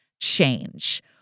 change